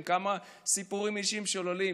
עם כמה סיפורים אישיים של עולים